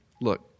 look